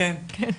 כן.